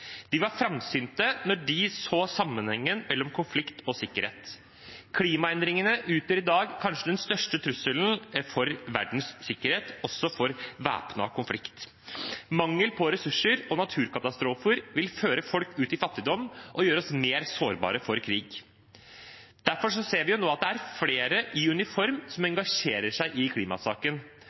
De var framsynte da de så sammenhengen mellom klima og sikkerhet. Klimaendringene utgjør i dag kanskje den største trusselen for verdens sikkerhet, også for væpnet konflikt. Naturkatastrofer og mangel på ressurser vil føre folk ut i fattigdom og gjøre oss mer sårbare for krig. Derfor ser vi nå at det er flere i uniform som engasjerer seg i klimasaken.